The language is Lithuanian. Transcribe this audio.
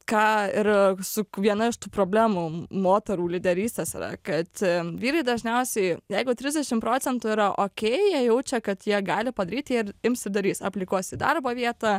ką ir su viena iš tų problemų moterų lyderystės yra kad vyrai dažniausiai jeigu trisdešim procentų yra okei jie jaučia kad jie gali padaryt jie ir ims ir darys aplikuos į darbo vietą